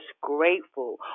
grateful